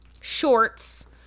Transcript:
shorts